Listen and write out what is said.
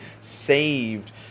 saved